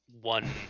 one